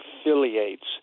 affiliates